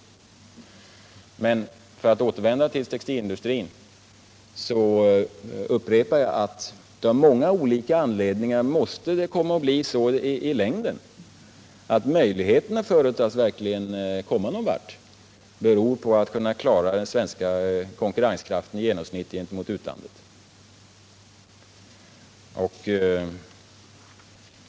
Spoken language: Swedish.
Men för att åvervända till textilindustrin upprepar jag att det av många olika anledningar måste bli så, att möjligheterna för oss att verkligen komma någon vart i längden beror på om vi kan klara den svenska konkurrenskraften i genomsnitt gentemot utlandet.